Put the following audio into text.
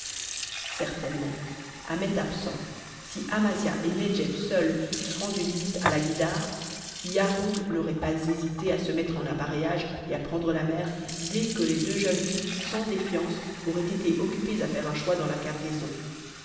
certainement ahmet absent si amasia et nedjeb seules eussent rendu visite à la guïdare yarhud n'aurait pas hésité à se mettre en appareillage et à prendre la mer dès que les deux jeunes filles sans défiance auraient été occupées à faire un choix dans la cargaison